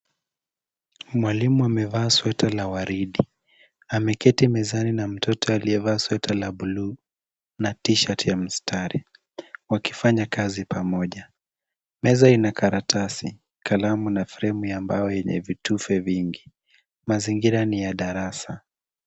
Mwalimu amevaa sweta la waridi. Ameketi mezani na mtoto aliyevaa sweta la buluu na t-shirt ya mstari wakifanya kazi pamoja. Meza ina karatasi, kalamu na fremu ya mbao yenye vitufe vingi. Mazingira ni ya darasa.